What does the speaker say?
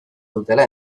dutela